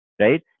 right